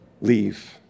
leave